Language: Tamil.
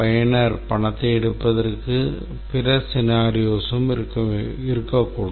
பயனர் பணத்தை எடுப்பதற்கு பிற scenarios இருக்கக்கூடும்